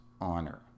honor